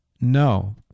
no